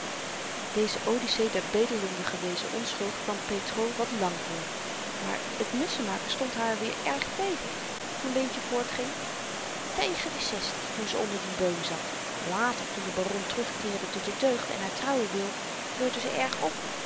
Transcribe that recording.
deze odyssee der bedelende gewezen onschuld kwam petr wat lang voor maar t mutsenmaken stond haar weer erg tegen toen leentje voortging tegen de zestig toen ze onder dien boom zat later toen de baron terugkeerde tot de deugd en haar trouwen wilde fleurde ze erg op